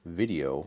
video